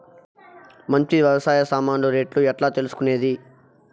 మంచి వ్యవసాయ సామాన్లు రేట్లు ఎట్లా తెలుసుకునేది?